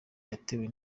yatewe